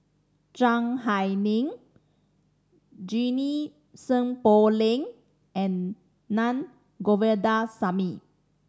Zhiang Hai Ling Junie Sng Poh Leng and Naa Govindasamy